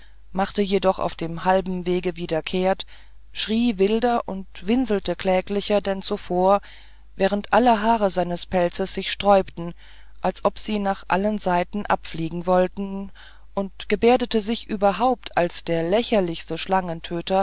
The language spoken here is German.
machte jedoch auf dem halben wege wieder kehrt schrie wilder und winselte kläglicher denn zuvor während alle haare seines pelzes sich sträubten als ob sie nach allen seiten abfliegen wollten und gebärdete sich überhaupt als der lächerlichste